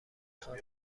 خواد